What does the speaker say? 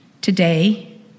Today